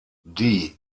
die